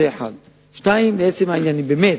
לעצם העניין, באמת,